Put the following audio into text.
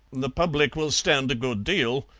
the public will stand a good deal,